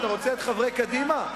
אתה רוצה את חברי קדימה?